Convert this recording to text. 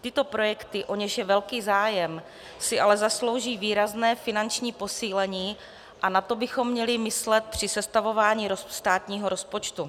Tyto projekty, o něž je velký zájem, si ale zaslouží výrazné finanční posílení a na to bychom měli myslet při sestavování státního rozpočtu.